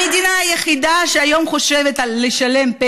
המדינה היחידה שחושבת היום על לשלם להם